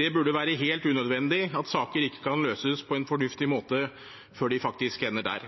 Det burde være helt unødvendig at saker ikke løses på en fornuftig måte før de faktisk ender der.